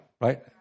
right